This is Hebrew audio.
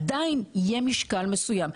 עדיין יהיה משקל מסוים.